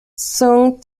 seung